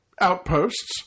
outposts